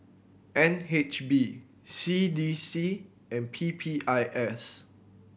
N H B C D C and P P I S